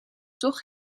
toch